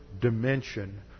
dimension